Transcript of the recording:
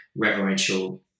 reverential